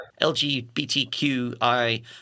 LGBTQI